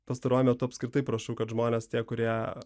pastaruoju metu apskritai prašau kad žmonės tie kurie